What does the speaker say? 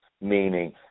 Meaning